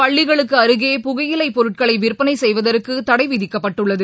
பள்ளிகளுக்கு அருகே புகையிலைப் பொருட்களை விற்பனை செய்வதற்கு தடை விதிக்கப்பட்டுள்ளது